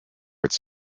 its